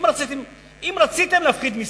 אם רציתם להפחית מסים,